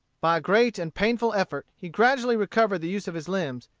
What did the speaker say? by great and painful effort he gradually recovered the use of his limbs,